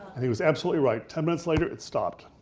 he was absolutely right, ten minutes later is stopped.